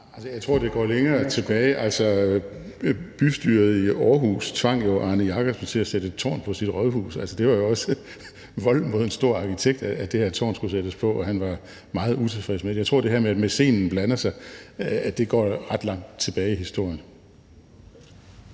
Jeg tror, det går længere tilbage. Bystyret i Aarhus tvang Arne Jacobsen til at sætte et tårn på sit rådhus – altså, det var jo også vold mod en stor arkitekt, at det her tårn skulle sættes på, og han var meget utilfreds med det. Jeg tror, at det her med, at mæcenen blander sig, går ret langt tilbage i historien.